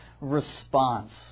Response